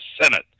Senate